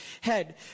head